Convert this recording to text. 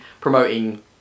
promoting